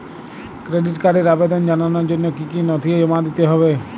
Credit কার্ডের আবেদন জানানোর জন্য কী কী নথি জমা দিতে হবে?